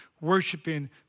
worshiping